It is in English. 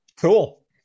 Cool